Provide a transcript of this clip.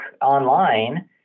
online